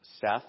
Seth